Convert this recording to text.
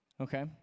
Okay